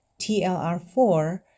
TLR4